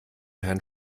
herrn